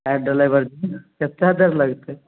अयँ driver जी कत्तेक देर लगतै